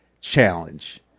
Challenge